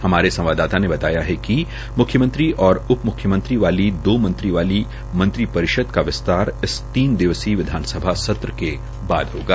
हमारे संवाददाता ने बताया कि मुख्यमंत्री और मुख्यमंत्री वाली दो मंत्री वाली मंत्रिपरिषद का विस्तार इस तीन दिवसीय विधानसभा सत्र के बाद होगा